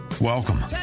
Welcome